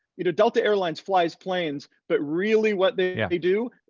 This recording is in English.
you know delta airlines flies planes, but really what they yeah they do,